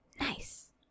Nice